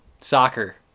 soccer